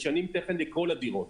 משנים תכן לכל הדירות.